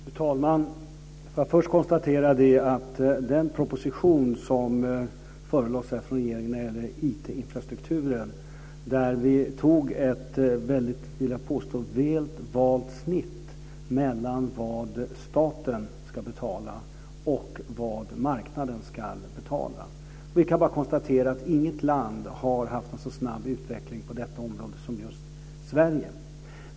Fru talman! Får jag först konstatera att i den proposition som förelades från regeringen om IT infrastrukturen gjorde vi ett väl valt snitt mellan vad staten ska betala och vad marknaden ska betala. Vi kan konstatera att inget land har haft en så snabb utveckling på detta område som Sverige.